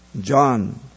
John